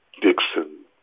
Dixon